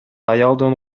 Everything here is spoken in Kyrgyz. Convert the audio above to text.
аялдын